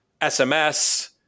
SMS